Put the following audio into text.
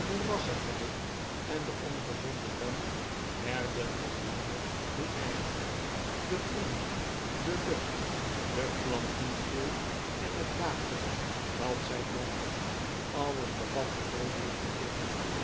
de moerassigheid en de ongezonde damp werden hoe langer hoe erger de grond de lucht de plantengroei en het water dat zij dronken alles bevatte doodelijk